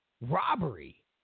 robbery